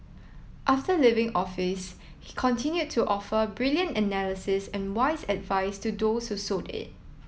after leaving office he continued to offer brilliant analysis and wise advice to those who sought it